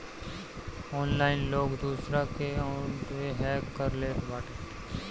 online लोग दूसरा के अकाउंटवे हैक कर लेत बाटे